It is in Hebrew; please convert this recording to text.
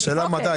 השאלה מתי.